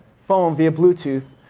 phone via bluetooth.